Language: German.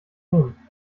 nehmen